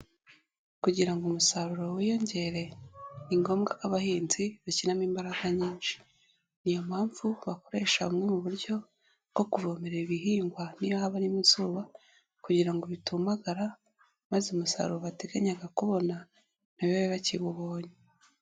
Kugira ngo umusaruro wiyongere ni ngombwa ko abahinzi bashyiramo imbaraga nyinshi, ni yo mpamvu bakoresha bumwe mu buryo bwo kuvomerara ibihingwa n'iyo haba ari mu izuba kugira ngo bitumambagara maze umusaruro bateganyaga kubona ntibabe bakiwubonye.